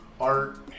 art